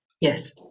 yes